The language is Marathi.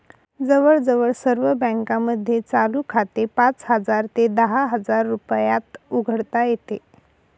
जवळजवळ सर्व बँकांमध्ये चालू खाते पाच हजार ते दहा हजार रुपयात उघडता येते